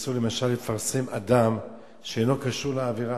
שאסור למשל לפרסם אדם שאינו קשור לעבירה,